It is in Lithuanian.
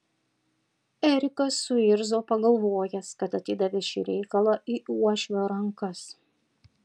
erikas suirzo pagalvojęs kad atidavė šį reikalą į uošvio rankas